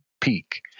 peak